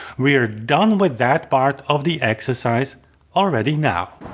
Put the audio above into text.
we're done with that part of the exercise already now.